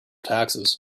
taxes